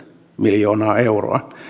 miljoonaa euroa